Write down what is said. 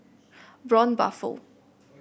Braun Buffel